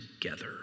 together